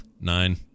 Nine